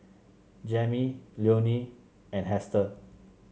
Jammie Leonie and Hester